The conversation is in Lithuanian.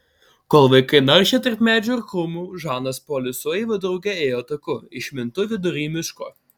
kol vaikai naršė tarp medžių ir krūmų žanas polis su eiva drauge ėjo taku išmintu vidury miško